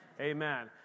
Amen